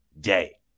day